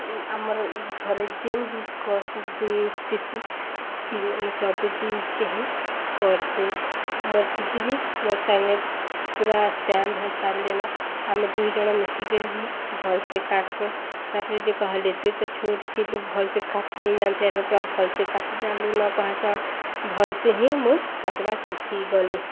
ଆମର ଘରେ ଯେନ୍ ବି କୌଣସି ଜିନିଷ୍ ଥିସି କେନ ସବୁ ଜିନିଷ୍ କେ ହିଁ କର୍ସି ମୋର ଦିଦି ବି ମୋର୍ ସାଙ୍ଗେ ପୁରା ସେମ୍ ହେଇ ସାରିଲେନ ଆମେ ଦୁଇ ଜଣ ମିଶିକିରି ହିଁ ଭଲସେ କାଟ୍ସୁଁ ତା'ପରେ ଯେ କହିଲେ ତୁଇ ତ ଛୋଟ ଥିଲୁ ଭଲସେ କାଟି ନେଇଯାନଥାଏ ଏବେ ପୁରା ଭଲସେ କାଟି ଜାନଲୁ ଲୋକ୍ କହେସନ୍ ଭଲସେ ହିଁ ମୁଇଁ କାଟବାର୍ ଶିଖିଗଲି